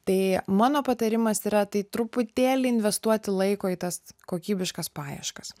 tai mano patarimas yra tai truputėlį investuoti laiko į tas kokybiškas paieškas